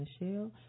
Michelle